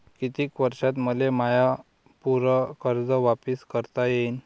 कितीक वर्षात मले माय पूर कर्ज वापिस करता येईन?